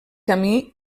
camí